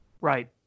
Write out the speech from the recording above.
Right